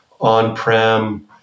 on-prem